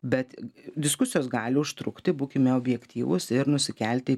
bet diskusijos gali užtrukti būkime objektyvūs ir nusikelti